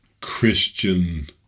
Christian